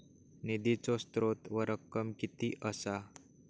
निधीचो स्त्रोत व रक्कम कीती असा?